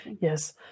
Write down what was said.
Yes